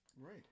right